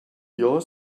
your